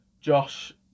Josh